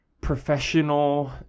professional